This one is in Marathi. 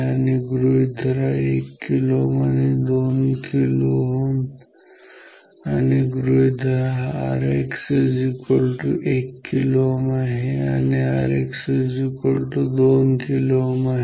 आता गृहीत धरा 1 kΩ आणि 2 kΩ आणि गृहीत धरा Rx1kΩ आहे आणि Rx2 kΩ आहे